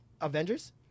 Avengers